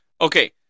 okay